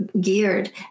geared